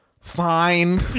Fine